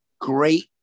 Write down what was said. great